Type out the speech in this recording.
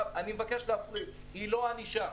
אני מבקש להפריד, היא לא ענישה.